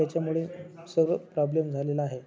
त्याच्यामुळे सर्व प्रॉब्लेम झालेला आहे